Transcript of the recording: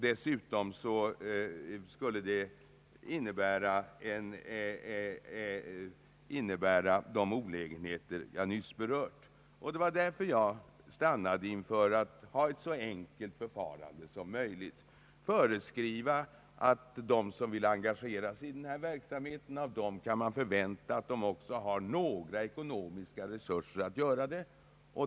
Dessutom skulle det innebära sådana olägenheter som jag nyss berört. Det var därför jag stannade inför tanken ait ha ett så enkelt förfarande som möjligt och utgå ifrån att de som vill engagera sig i ifrågavarande verksamhet också kan förväntas ha några ekonomiska resurser att göra det.